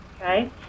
okay